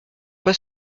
pas